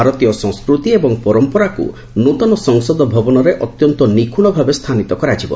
ଭାରତୀୟ ସଂସ୍କୃତି ଏବଂ ପରମ୍ପରାକୁ ନୂଆ ସଂସଦ ଭବନରେ ଅତ୍ୟନ୍ତ ନିଖୁଣ ଭାବରେ ସ୍ଥାନିତ କରାଯିବ